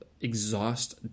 exhaust